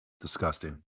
Disgusting